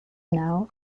now